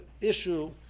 issue